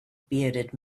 bearded